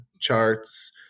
charts